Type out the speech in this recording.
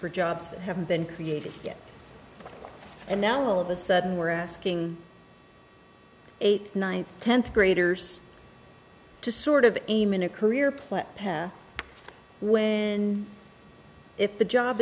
for jobs that haven't been created yet and now all of a sudden we're asking eighth ninth tenth graders to sort of a minute career play pen when if the job